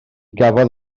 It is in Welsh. gafodd